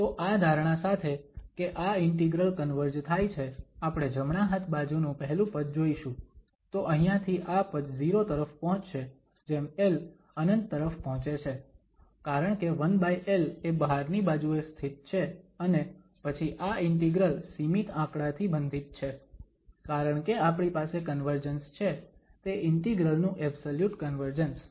તો આ ધારણા સાથે કે આ ઇન્ટિગ્રલ કન્વર્જ થાય છે આપણે જમણા હાથ બાજુનુ પહેલું પદ જોઈશું તો અહીંયાંથી આ પદ 0 તરફ પહોંચશે જેમ l ∞ તરફ પહોંચે છે કારણકે 1l એ બહારની બાજુએ સ્થિત છે અને પછી આ ઇન્ટિગ્રલ સીમિત આંકડાથી બંધિત છે કારણકે આપણી પાસે કન્વર્જન્સ છે તે ઇન્ટિગ્રલ નુ એબ્સલયુટ કન્વર્જન્સ